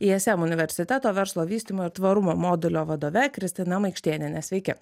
ism universiteto verslo vystymo ir tvarumo modulio vadove kristina maikštėniene sveiki